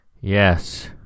Yes